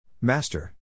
Master